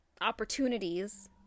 Opportunities